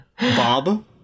Bob